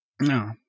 No